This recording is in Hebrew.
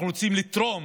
אנחנו רוצים לתרום